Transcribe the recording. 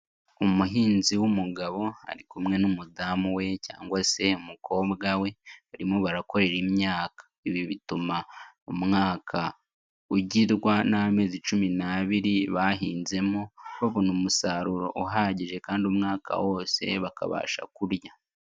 Umuhinzi w'umugabo ari kumwe n'umudamu we cyangwa se mu umukobwa we barimo barakorera imyaka, ibi bituma umwaka ugirwa n'amezi cumi n'abiri bahinzemo babona umusaruro uhagije kandi umwaka wose bakabasha kurya.